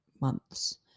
months